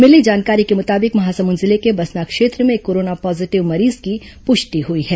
मिली जानकारी के मुताबिक महासमुंद जिले के बसना क्षेत्र में एक कोरोना पॉजीटिव मरीज की पुष्टि हुई है